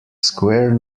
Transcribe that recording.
square